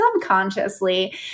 subconsciously